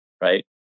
right